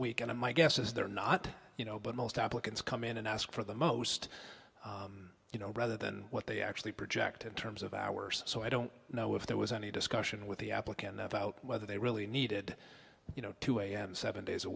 week and my guess is they're not you know but most applicants come in and ask for the most you know rather than what they actually project in terms of hours so i don't know if there was any discussion with the applicant about whether they really needed you know two am seven days a